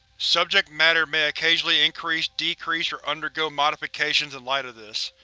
subject matter may occasionally increase, decrease, or undergo modifications in light of this.